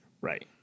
Right